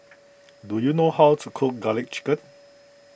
do you know how to cook Garlic Chicken